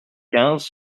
quinze